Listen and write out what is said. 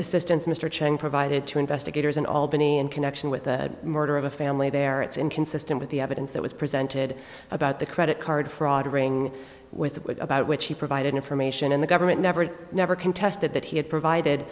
assistance mr chang provided to investigators in albany in connection with the murder of a family there it's inconsistent with the evidence that was presented about the credit card fraud ring with about which he provided information in the government never never contested that he had provided